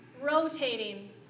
rotating